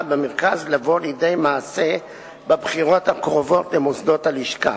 במרכז לבוא לידי מעשה בבחירות הקרובות למוסדות הלשכה.